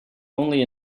only